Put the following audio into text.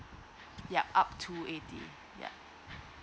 yup up to eighty yup